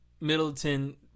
Middleton